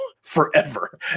forever